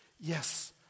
yes